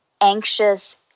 anxious